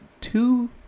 two